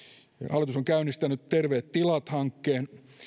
hallitus on käynnistänyt terveet tilat hankkeen